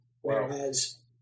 Whereas